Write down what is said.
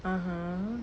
(uh huh)